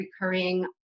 recurring